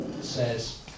says